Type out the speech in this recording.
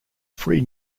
free